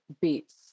beats